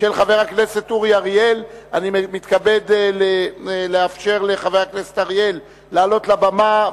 אני קובע שהצעת הוועדה להחיל דין רציפות